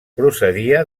procedia